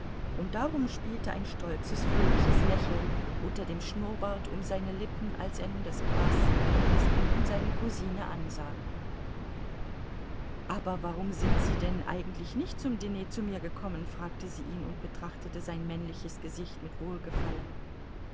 und darum spielte ein stolzes fröhliches lächeln unter dem schnurrbart um seine lippen als er nun das glas sinken ließ und seine cousine ansah aber warum sind sie denn eigentlich nicht zum diner zu mir gekommen fragte sie ihn und betrachtete sein männliches gesicht mit wohlgefallen